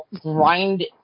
grind